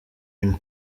imwe